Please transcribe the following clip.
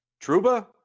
Truba